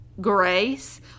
grace